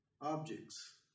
objects